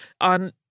on